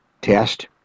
test